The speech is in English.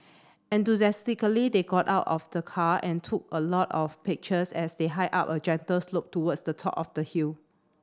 enthusiastically they got out of the car and took a lot of pictures as they hiked up a gentle slope towards the top of the hill